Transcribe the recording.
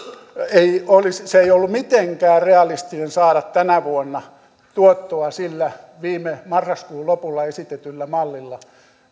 ei ollut mitenkään realistista saada tänä vuonna tuottoa sillä viime marraskuun lopulla esitetyllä mallilla